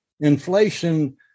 inflation